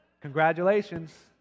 Congratulations